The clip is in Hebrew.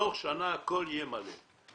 בתוך שנה הכול יהיה מלא.